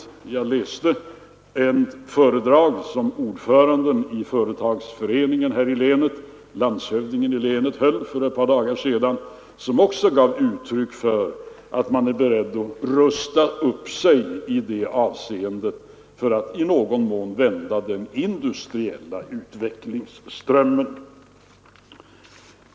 För ett par dagar sedan läste jag ett föredrag av ordföranden i Företagareföreningen här i länet, landshövdingen, som också gav uttryck för att man är beredd att rusta upp sig i detta avseende för att i någon mån vända den industriella utvecklingsströmmen.